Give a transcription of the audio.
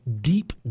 deep